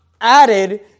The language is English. added